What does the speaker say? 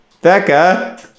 becca